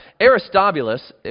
Aristobulus